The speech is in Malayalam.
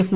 എഫ്